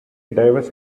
diverse